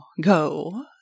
go